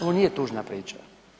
Ovo nije tužna priča.